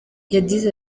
yagize